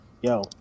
yo